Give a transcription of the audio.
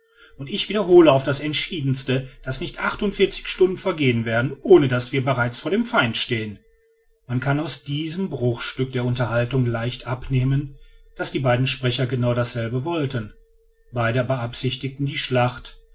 und ich wiederhole auf das entschiedenste daß nicht achtundvierzig stunden vergehen werden ohne daß wir bereits vor dem feinde stehen man kann aus diesem bruchstück der unterhaltung leicht abnehmen daß die beiden sprecher genau dasselbe wollten beide beabsichtigten die schlacht